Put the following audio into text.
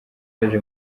yaje